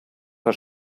vor